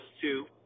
two